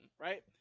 right